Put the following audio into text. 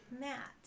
Matt